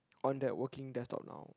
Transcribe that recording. on that working desktop now